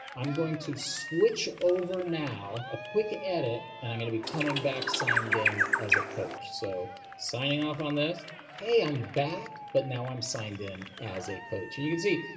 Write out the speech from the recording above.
i'm going to switch over now a quick edit and i'm going to be coming back signed in as a coach. so signing off on this. hey, i'm back, but now i'm signed in as a coach. and you can see,